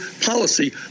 policy